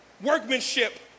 workmanship